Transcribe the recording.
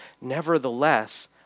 Nevertheless